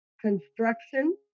construction